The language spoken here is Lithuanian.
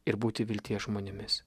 ir būti vilties žmonėmis